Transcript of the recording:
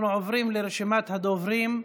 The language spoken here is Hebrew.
אנחנו עוברים לרשימת הדוברים.